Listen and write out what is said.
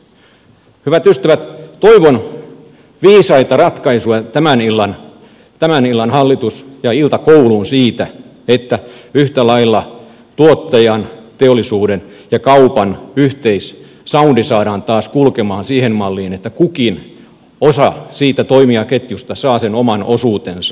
hyvät ystävät toivon viisaita ratkaisuja tämän illan hallitus ja iltakouluun siitä että yhtä lailla tuottajan teollisuuden ja kaupan yhteissaundi saadaan taas kulkemaan siihen malliin että kukin osa siitä toimijaketjusta saa sen oman osuutensa